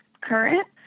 current